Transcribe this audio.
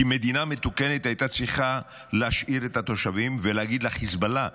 כי מדינה מתוקנת הייתה צריכה להשאיר את התושבים ולהגיד לחיזבאללה: